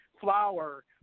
flour